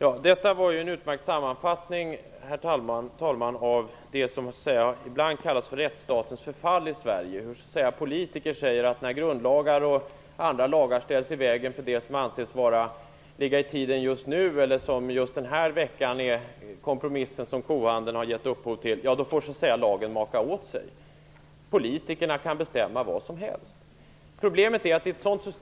Herr talman! Detta var en utmärkt sammanfattning av vad som ibland kallas för rättsstatens förfall i Sverige. Politiker säger att när grundlagar och andra lagar ställs i vägen för vad som anses ligga i tiden just nu, eller stå i vägen för den kompromiss som kohandeln just den här veckan har gett upphov till, så kan lagen maka åt sig. Politikerna får bestämma vad som helst. Problemet är att det